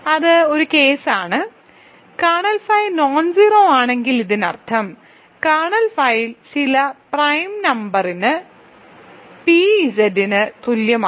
അത് ഒരു കേസാണ് കേർണൽ ഫൈ നോൺജെറോ ആണെങ്കിൽ ഇതിനർത്ഥം കേർണൽ ഫൈ ചില പ്രൈം നമ്പറിന് p Z ന് തുല്യമാണ്